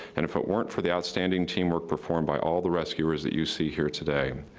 and if it weren't for the outstanding teamwork performed by all the rescuers that you see here today,